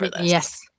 Yes